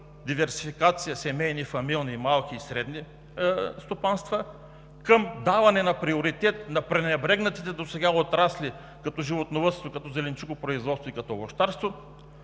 диверсификация, семейни, фамилни, малки и средни стопанства, към даване на приоритет на пренебрегнатите досега отрасли, като животновъдство, зеленчукопроизводство и овощарство,